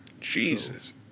jesus